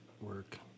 work